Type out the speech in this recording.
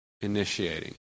initiating